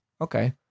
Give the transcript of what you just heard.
Okay